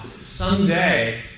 someday